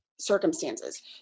circumstances